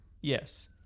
yes